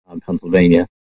Pennsylvania